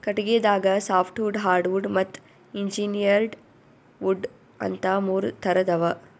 ಕಟಗಿದಾಗ softwood hardwood ಮತ್ತ್ engineered wood ಅಂತಾ ಮೂರ್ ಥರದ್ ಅವಾ